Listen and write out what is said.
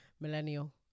millennial